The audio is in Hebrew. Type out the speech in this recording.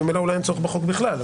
ממילא אולי אין צורך בחוק הזה בכלל.